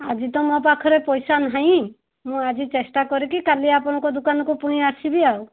ଆଜି ତ ମୋ ପାଖରେ ପଇସା ନାହିଁ ମୁଁ ଆଜି ଚେଷ୍ଟା କରିକି କାଲି ଆପଣଙ୍କ ଦୋକାନକୁ ପୁଣି ଆସିବି ଆଉ